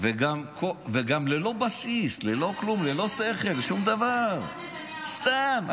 וגם ללא בסיס, ללא כלום, ללא שכל, שום דבר, סתם.